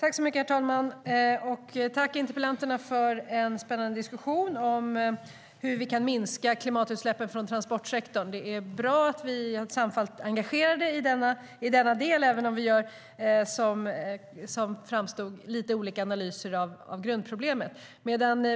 Herr talman! Jag tackar interpellanterna för en spännande diskussion om hur vi kan minska klimatutsläppen från transportsektorn. Det är bra att vi samfällt är engagerade i denna del, även om vi gör lite olika analyser av grundproblemet.